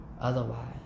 Otherwise